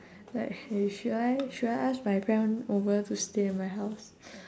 like you should I should I ask my friend over to stay at my house